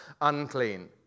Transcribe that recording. unclean